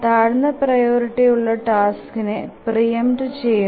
താഴ്ന്ന പ്രിയോറിറ്റി ഉള്ള ടാസ്കിനെ പ്രീ എംപ്ട് ചെയുന്നു